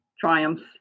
triumphs